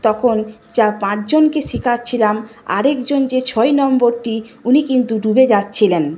তখন চা পাঁচজনকে শেখাচ্ছিলাম আরেকজন যে ছয় নম্বরটি উনি কিন্তু ডুবে যাচ্ছিলেন